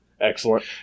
Excellent